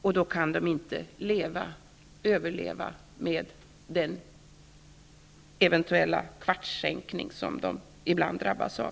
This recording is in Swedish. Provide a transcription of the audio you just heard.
De klarar sig inte ekonomiskt med den ''kvartssänkning'' av arbetstiden som de ibland drabbas av.